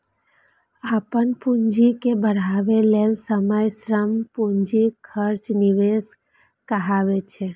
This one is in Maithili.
अपन पूंजी के बढ़ाबै लेल समय, श्रम, पूंजीक खर्च निवेश कहाबै छै